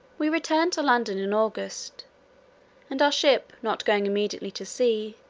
we returned to london in august and our ship not going immediately to sea,